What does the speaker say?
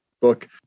book